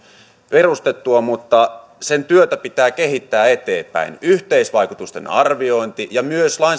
perustettua mutta sen työtä pitää kehittää eteenpäin yhteisvaikutusten arviointi ja myös lainsäädännön